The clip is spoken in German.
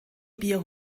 bier